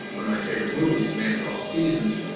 one of my favorite movies, a man for all seasons,